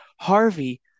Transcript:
Harvey